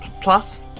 plus